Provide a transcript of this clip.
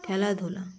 খেলাধুলা